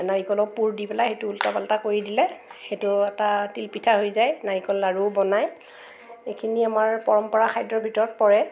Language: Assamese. নাৰিকলৰ পুৰ দি পেলাই সেইটো উল্টা পাল্টা কৰি দিলে সেইটো এটা তিল পিঠা হৈ যায় নাৰিকলৰ লাড়ু বনাই এইখিনি আমাৰ পৰম্পৰা খাদ্যৰ ভিতৰত পৰে